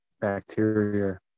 bacteria